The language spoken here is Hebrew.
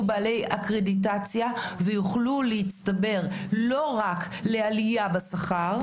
בעלי אקרדיטציה ויוכלו להצטבר לא רק לעלייה בשכר,